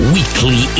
Weekly